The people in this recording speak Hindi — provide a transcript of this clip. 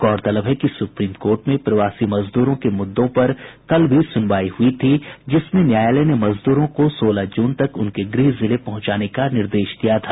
गौरतलब है कि सुप्रीम कोर्ट में प्रवासी मजदूरों के मुद्दों पर कल भी सुनवाई हुई थी जिसमें न्यायालय ने मजदूरों को सोलह जून तक उनके गृह जिले पहुंचाने का निर्देश दिया था